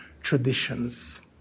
traditions